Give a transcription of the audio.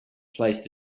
placed